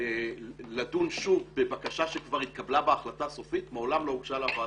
חדשה לדון שוב בבקשה שכבר התקבלה בהחלטה סופית מעולם לא הוגשה לוועדה,